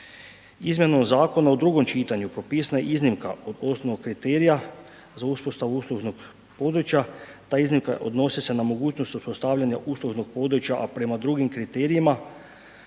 Izmjenom zakona u drugom čitanju propisana je iznimka od osnovnog kriterija za uspostavu uslužnog područja, ta iznimka odnosi se na mogućnost uspostavljanja uslužnog područja a prema drugim kriterijima